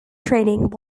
training